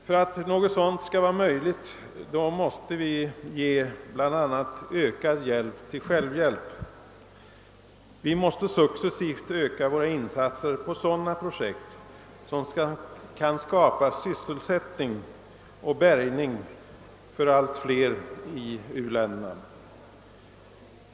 För att något sådant skall vara möjligt måste vi ge bl.a. hjälp till självhjälp. Vi måste successivt öka våra insatser på sådana projekt som kan skapa sysselsättning och bärgning för allt fler i u-länderna.